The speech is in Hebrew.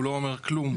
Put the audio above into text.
הוא לא אומר כלום,